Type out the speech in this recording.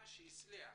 וממש הצליח.